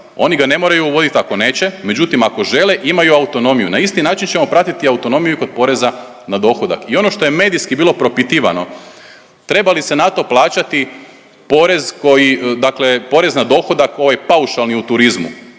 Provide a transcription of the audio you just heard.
Oni ga ne moraju uvoditi ako neće. Međutim, ako žele imaju autonomiju. Na isti način ćemo pratiti i autonomiju i kod poreza na dohodak. I ono što je medijski bilo propitivano, treba li se na to plaćati porez koji, dakle porez na dohodak ovaj paušalni u turizmu.